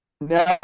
Now